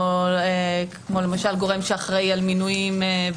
כמו למשל גורם שאחראי על מינויים.